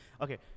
okay